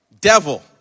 devil